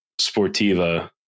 Sportiva